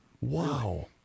Wow